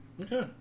okay